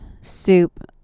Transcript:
soup